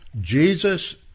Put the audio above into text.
Jesus